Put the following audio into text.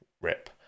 Rip